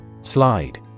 Slide